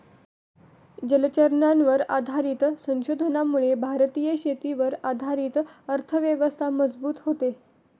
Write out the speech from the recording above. जलचरांवर आधारित संशोधनामुळे भारतीय शेतीवर आधारित अर्थव्यवस्था मजबूत होते